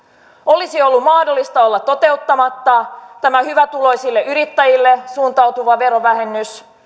olisi ollut mahdollista olla toteuttamatta tätä hyvätuloisille yrittäjille suuntautuvaa verovähennystä